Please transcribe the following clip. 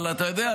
אבל אתה יודע,